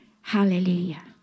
Hallelujah